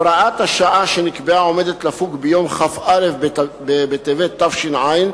הוראת השעה שנקבעה עומדת לפוג ביום כ"א בטבת התש"ע,